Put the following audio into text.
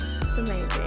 Amazing